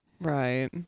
Right